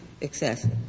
excessive